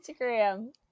instagram